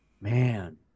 Man